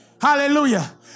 hallelujah